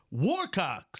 Warcocks